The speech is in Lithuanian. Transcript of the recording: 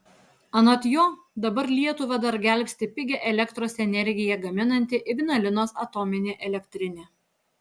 anot jo dabar lietuvą dar gelbsti pigią elektros energiją gaminanti ignalinos atominė elektrinė